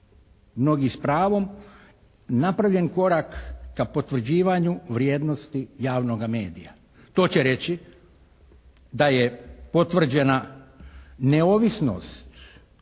mnogi s pravom napravljen korak ka potvrđivanju vrijednosti javnoga medija. To će reći da je potvrđena neovisnost